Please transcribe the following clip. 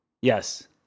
Yes